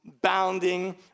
bounding